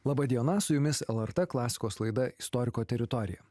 laba diena su jumis lrt klasikos laida istoriko teritorija